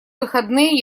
выходные